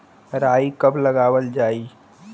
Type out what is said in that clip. राई कब लगावल जाई?